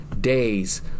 days